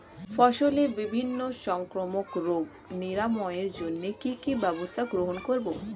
ফসলের বিভিন্ন সংক্রামক রোগ নিরাময়ের জন্য কি কি ব্যবস্থা গ্রহণ করব?